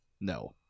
no